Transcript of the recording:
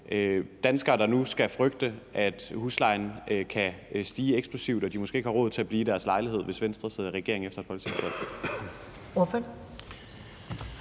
danskere, der nu skal frygte, at huslejen kan stige eksplosivt, og at de måske ikke har råd til at blive i deres lejlighed, hvis Venstre sidder i regering efter et folketingsvalg?